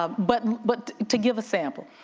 ah but and but to give a sample.